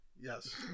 Yes